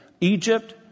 Egypt